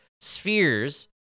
spheres